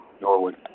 Norwood